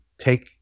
take